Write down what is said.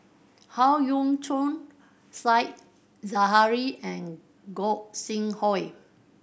Howe Yoon Chong Said Zahari and Gog Sing Hooi